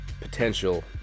potential